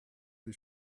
sie